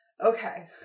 Okay